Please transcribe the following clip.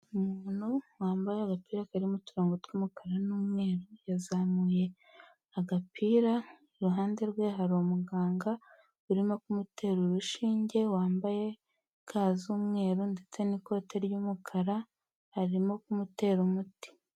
Umuntu wambaye agapira karimo uturongo tw'umukara n'umweru, yazamuye agapira iruhande rwe hari umuganga urimo kumutera urushinge, wambaye ga z'umweru, ndetse n'ikote ry'umukara, arimo kumutera umuti.